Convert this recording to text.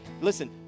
listen